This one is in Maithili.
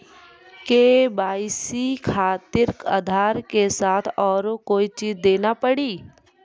के.वाई.सी खातिर आधार के साथ औरों कोई चीज देना पड़ी?